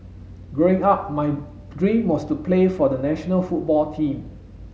growing up my dream was to play for the national football team